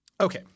Okay